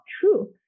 true